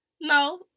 no